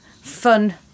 fun